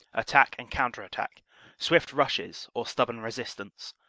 attack and counter-attack, swift rushes or stubborn resistance,